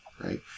right